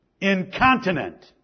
incontinent